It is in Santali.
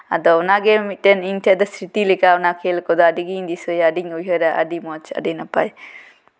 ᱟᱫᱚ ᱚᱱᱟ ᱜᱮ ᱤᱧᱴᱮᱱ ᱫᱚ ᱚᱱᱟ ᱜᱮ ᱥᱨᱤᱛᱤ ᱞᱮᱠᱟ ᱚᱱᱟ ᱜᱮ ᱟᱹᱰᱤ ᱜᱮᱧ ᱰᱤᱥᱟᱹᱭᱟ ᱟᱹᱰᱤᱧ ᱩᱭᱦᱟᱹᱨᱟ ᱟᱹᱰᱤ ᱢᱚᱡᱽ ᱟᱹᱰᱤ ᱱᱟᱯᱟᱭ